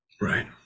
Right